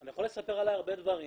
אני יכול לספר עלי הרבה דברים,